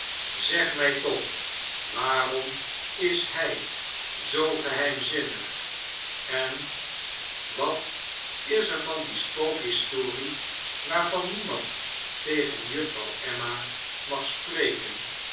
zeg mij toch waarom is hij zoo geheimzinnig en wat is er van die spookhistorie waarvan niemand tegen juffer emma mag spreken